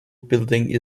building